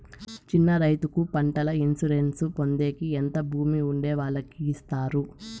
చిన్న రైతుకు పంటల ఇన్సూరెన్సు పొందేకి ఎంత భూమి ఉండే వాళ్ళకి ఇస్తారు?